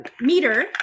meter